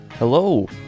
Hello